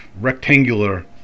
rectangular